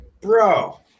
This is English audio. bro